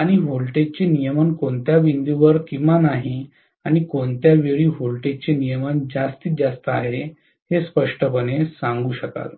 आणि व्होल्टेजचे नियमन कोणत्या बिंदूवर किमान आहे आणि कोणत्या वेळी व्होल्टेजचे नियमन जास्तीत जास्त आहे हे स्पष्टपणे सांगू शकेल